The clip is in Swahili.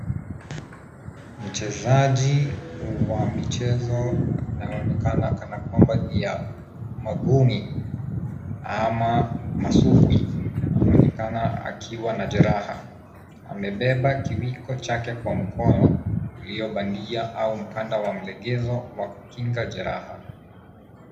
Mchezaji wa michezo inaonekana ni kana kwamba ni ya maguni ama masumbwi, anaonekana akiwa na jeraha. Amebeba kiwiko chake cha mkono iliobandia au mkanda wa mlegezo wa kukinga jeraha.